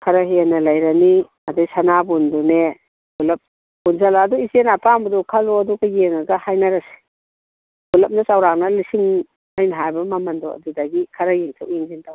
ꯈꯔ ꯍꯦꯟꯅ ꯂꯩꯔꯅꯤ ꯑꯗꯒꯤ ꯁꯅꯥꯕꯨꯟꯗꯨꯅꯦ ꯄꯨꯂꯞ ꯄꯨꯟꯁꯤꯜꯂ ꯑꯗꯨ ꯏꯆꯦꯅ ꯑꯄꯥꯝꯕꯗꯣ ꯈꯜꯂꯣ ꯑꯗꯨꯒ ꯌꯦꯡꯉꯒ ꯍꯥꯏꯅꯔꯁꯤ ꯄꯨꯂꯞꯅ ꯆꯥꯎꯔꯥꯛꯅ ꯂꯤꯁꯤꯡ ꯑꯩꯅ ꯍꯥꯏꯕ ꯃꯃꯟꯗꯣ ꯑꯗꯨꯗꯒꯤ ꯈꯔ ꯌꯦꯡꯊꯣꯛ ꯌꯦꯡꯁꯤꯟ ꯇꯧꯔꯁꯤ